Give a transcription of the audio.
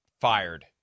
fired